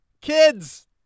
kids